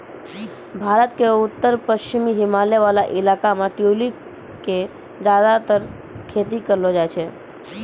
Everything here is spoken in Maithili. भारत के उत्तर पश्चिमी हिमालय वाला इलाका मॅ ट्यूलिप के ज्यादातर खेती करलो जाय छै